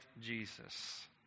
Jesus